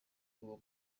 uwo